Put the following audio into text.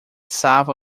south